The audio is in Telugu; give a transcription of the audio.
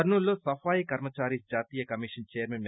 కర్నూలులో సఫాయి కర్మదారిస్ జాతీయ కమీషన్ చైర్మన్ ఎం